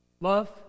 Love